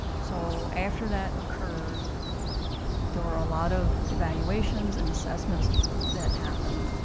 so after that occurred there were a lot of evaluations and assessments that happened.